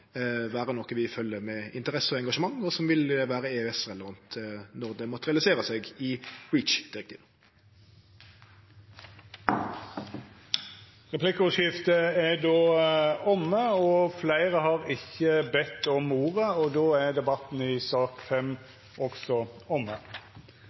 vere noko vi følgjer med interesse og engasjement, og som vil vere EØS-relevant når det materialiserer seg i REACH-direktivet. Replikkordskiftet er då omme. Fleire har heller ikkje bedt om ordet til sak nr. 5. Etter ynske frå energi- og miljøkomiteen vil presidenten ordna debatten